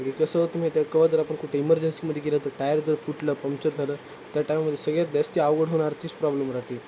म्हणजे कसं तुम्ही केव्हा जर आपण कुठे इमरजन्सीमध्ये गेलं तर टायर जर फुटलं पंक्चर झालं त्या टायमामध्ये सगळ्यात जास्ती आवघड होणार तेच प्रॉब्लेम राहते